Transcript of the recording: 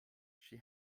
she